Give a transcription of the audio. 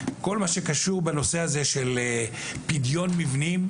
כל מה שקשור בנושא פדיון מבנים.